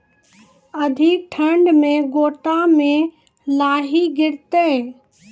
अधिक ठंड मे गोटा मे लाही गिरते?